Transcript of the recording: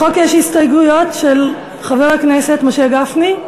לחוק יש הסתייגויות של חבר הכנסת משה גפני.